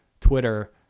twitter